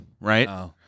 right